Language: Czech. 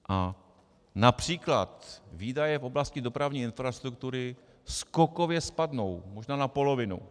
A například výdaje v oblasti dopravní infrastruktury skokově spadnou, možná na polovinu.